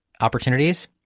opportunities